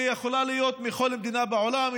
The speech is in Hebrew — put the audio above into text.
היא יכולה להיות מכל מדינה בעולם,